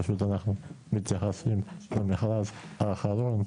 פשוט אנחנו מתייחסים למכרז האחרון,